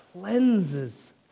cleanses